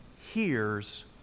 hears